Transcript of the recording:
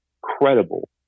credible